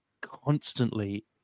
constantly